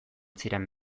ziren